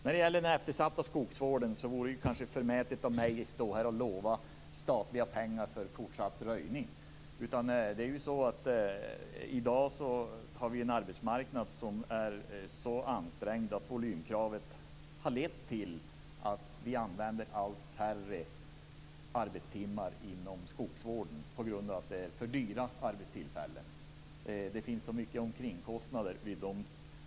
När det gäller den eftersatta skogsvården vore det kanske förmätet av mig att stå här och lova statliga pengar till fortsatt röjning. I dag har vi en arbetsmarknad som är så ansträngd att volymkravet har lett till att vi använder allt färre arbetstimmar inom skogsvården på grund av att arbetstillfällena är för dyra. Det finns så mycket omkringkostnader.